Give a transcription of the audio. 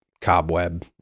cobweb